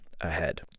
ahead